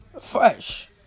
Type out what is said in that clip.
Fresh